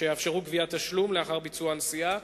שיאפשרו גביית תשלום לאחר הנסיעה,